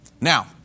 Now